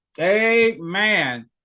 amen